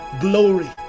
glory